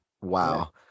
Wow